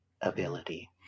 ability